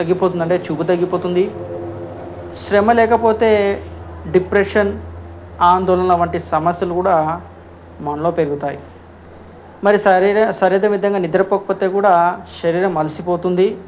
తగ్గిపోతుంది అంటే చూపు తగ్గిపోతుంది శ్రమ లేకపోతే డిప్రెషన్ ఆందోళనలు వంటి సమస్యలు కూడా మనలో పెరుగుతాయి మరి శరీర శరీర విధంగా నిద్రపోకపోతే కూడా శరీరం అలసిపోతుంది